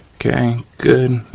okay, good.